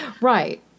Right